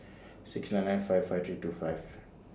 six nine nine five five three two five